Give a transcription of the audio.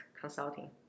consulting